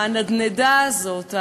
הנדנדה הזאת,